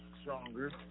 stronger